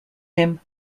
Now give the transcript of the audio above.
him